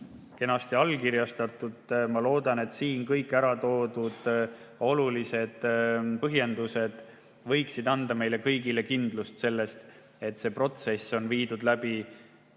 kenasti allkirjastatud. Ma loodan, et siin ära toodud olulised põhjendused võiksid anda meile kõigile kindlust, et see protsess on viidud läbi